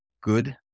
Good